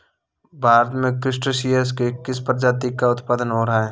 भारत में क्रस्टेशियंस के किस प्रजाति का उत्पादन हो रहा है?